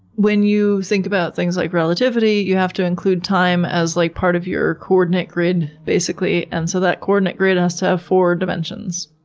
when you think about things like relativity you have to include time as like part of your coordinate grid. and so that coordinate grid has to have four dimensions,